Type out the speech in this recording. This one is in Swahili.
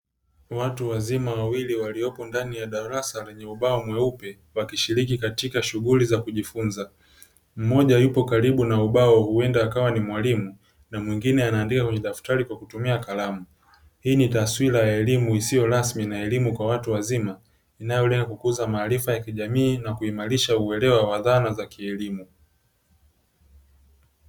Watu wazima wawili waliopo ndani ya darasa lenye ubao mweupe wakishiriki katika shughuli za kujifunza mmoja yupo karibu na ubao huenda akawa ni mwalimu na mwingine anaandika kwenye daftari kwa kutumia kalamu hii ni taswira ya elimu isiyo rasmi na elimu kwa watu wazima inayolenga kukuza maarifa ya kijamii na kuimarisha uelewa wa dhana za kielimu.